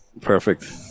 Perfect